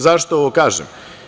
Zašto ovo kažem?